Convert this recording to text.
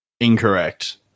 Incorrect